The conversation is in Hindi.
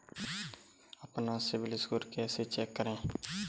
अपना सिबिल स्कोर कैसे चेक करें?